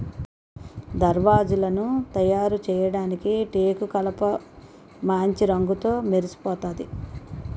దర్వాజలను తయారుచేయడానికి టేకుకలపమాంచి రంగుతో మెరిసిపోతాది